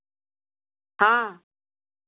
हँ